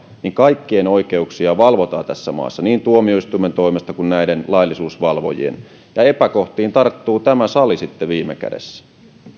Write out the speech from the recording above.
niin kaikkien oikeuksia valvotaan tässä maassa niin tuomioistuimen toimesta kuin näiden laillisuusvalvojien ja epäkohtiin tarttuu tämä sali sitten viime kädessä